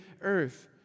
earth